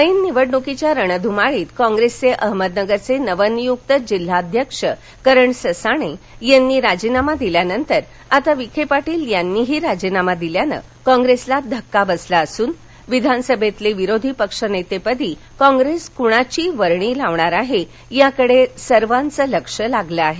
ऐन निवडणुकीच्या रणध्माळीत काँप्रेसचे अहमदनगरचे नवनियुक्त जिल्हाध्यक्ष करण ससाणे यांनी राजीनामा दिल्यानंतर आता विखे पाटील यांनीही राजीनामा दिल्याने काँग्रेसला धक्का बसला असून विधानसभेतील विरोधी पक्षनेतेपदी काँग्रेस कुणाची वर्णी लावणार याकडे सर्वाचं लक्ष लागलं आहे